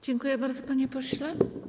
Dziękuję bardzo, panie pośle.